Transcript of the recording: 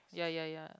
ya ya ya